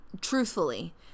Truthfully